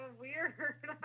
weird